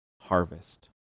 harvest